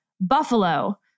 buffalo